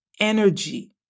energy